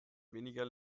weniger